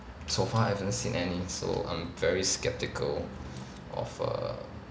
so far I haven't seen any so I'm very sceptical of err